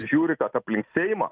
žiūri kad aplink seimą